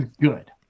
good